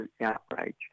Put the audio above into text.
outrage